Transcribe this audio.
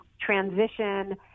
transition